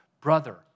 Brother